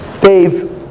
Dave